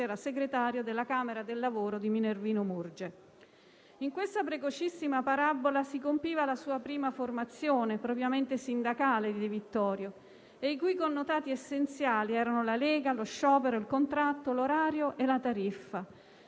era segretario della Camera del lavoro di Minervino Murge. In questa precocissima parabola si compiva la prima formazione propriamente sindacale del Di Vittorio, i cui connotati essenziali erano la lega, lo sciopero, il contratto, l'orario e la tariffa»,